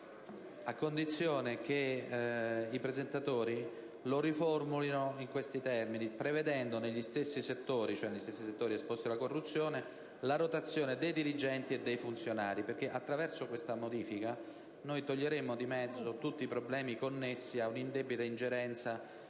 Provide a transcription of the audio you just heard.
a condizione che i presentatori lo riformulino prevedendo negli stessi settori esposti alla corruzione la rotazione dei dirigenti e dei funzionari. Infatti, attraverso questa modifica toglieremmo di mezzo tutti i problemi connessi all'indebita ingerenza